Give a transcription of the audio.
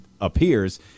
appears